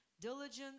Diligence